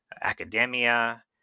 academia